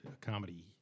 comedy